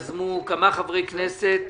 יש הצעות